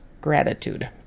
gratitude